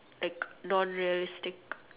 like non realistic